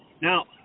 Now